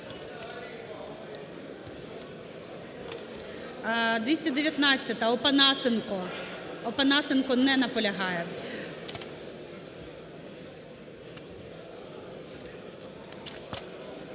244-а, Опанасенко. Опанасенко не наполягає